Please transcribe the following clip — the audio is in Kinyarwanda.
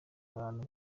abantu